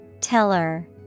Teller